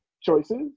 choices